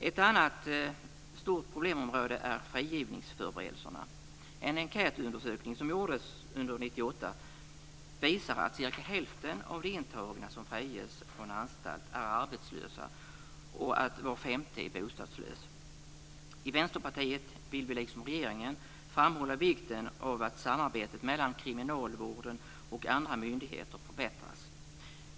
Ett annat stort problemområde är frigivningsförberedelserna. En enkätundersökning som gjordes under 1998 visar att ungefär hälften av de intagna som friges från anstalt är arbetslösa och att var femte är bostadslös. Vi i Vänsterpartiet vill, liksom regeringen, framhålla vikten av att samarbetet mellan kriminalvården och andra myndigheter förbättras.